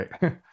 right